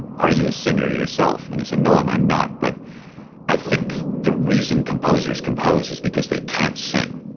are you a singer yourself? and he said, no, i'm i'm not, but i think the reason composers compose is because they can't sing.